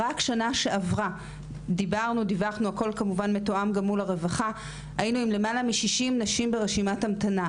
רק בשנה שעברה דיווחנו על למעלה מ-60 נשים ברשימת המתנה.